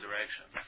directions